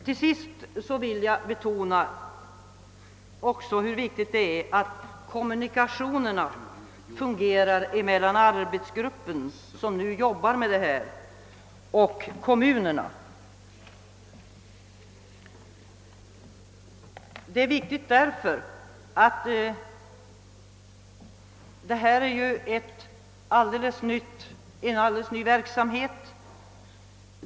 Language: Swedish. Till sist vill jag också betona hur viktigt det är att kommunikationerna mellan arbetsgruppen och kommunerna fungerar. Det är viktigt därför att detta ju är en alldeles ny verksamhet.